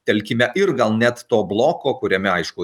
telkime ir gal net to bloko kuriame aišku